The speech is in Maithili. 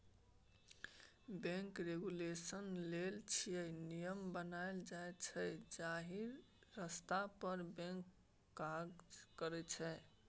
बैंक रेगुलेशन लेल किछ नियम बनाएल जाइ छै जाहि रस्ता पर बैंक काज करय